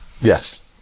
Yes